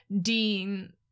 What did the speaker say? Dean